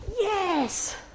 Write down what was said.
Yes